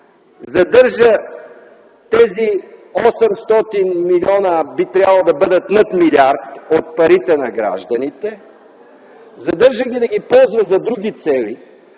задържа тези 800 милиона - а би трябвало да бъдат над милиард, от парите на гражданите, задържа ги да ги ползва за други цели.